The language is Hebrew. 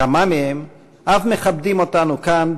כמה מהם אף מכבדים אותנו כאן,